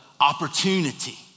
opportunity